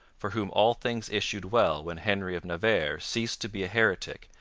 for whom all things issued well when henry of navarre ceased to be a heretic,